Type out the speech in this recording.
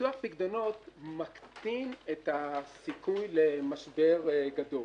שביטוח פיקדונות מקטין את הסיכון למשבר גדול.